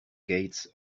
gates